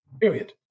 period